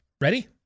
Ready